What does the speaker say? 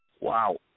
Wow